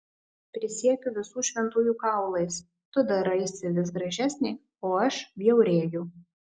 prisiekiu visų šventųjų kaulais tu daraisi vis gražesnė o aš bjaurėju